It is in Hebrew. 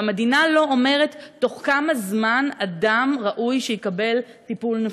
והמדינה לא אומרת בתוך כמה זמן ראוי שאדם יקבל טיפול נפשי.